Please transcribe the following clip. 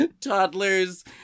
toddlers